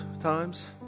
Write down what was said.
times